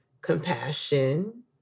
compassion